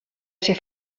ser